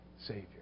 Savior